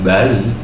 Bali